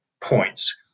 points